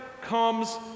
comes